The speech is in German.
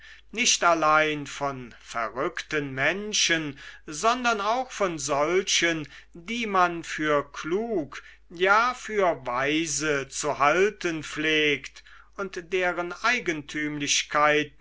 nicht allein von verrückten menschen sondern auch von solchen die man für klug ja für weise zu halten pflegt und deren